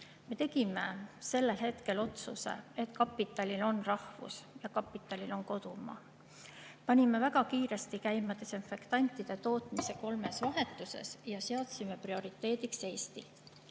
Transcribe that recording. Me tegime sellel hetkel otsuse, et kapitalil on rahvus ja kapitalil on kodumaa. Panime väga kiiresti käima desinfektantide tootmise kolmes vahetuses ja seadsime prioriteediks Eesti.